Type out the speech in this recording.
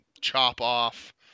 chop-off